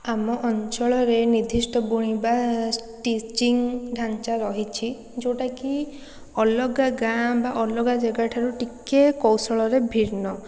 ଆମ ଅଞ୍ଚଳରେ ନିର୍ଦ୍ଧିଷ୍ଟ ବୁଣିବା ସ୍ଟିଚିଂ ଢାଞ୍ଚା ରହିଛି ଯେଉଁଟାକି ଅଲଗା ଗାଁ ବା ଅଲଗା ଜାଗାଠାରୁ ଟିକିଏ କୌଶଳରେ ଭିନ୍ନ